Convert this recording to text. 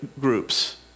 groups